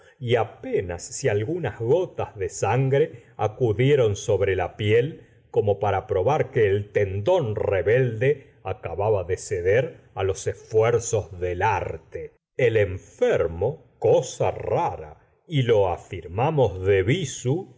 y apenas si algunas gotas de sangre acudieron sobre la piel como para probar que el tendón rebelde acaba de ceder á los esfuerzos del arte el enfermo cosa rara y lo afirgustavo f'laubert mamos de